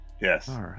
yes